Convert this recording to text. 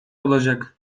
olacak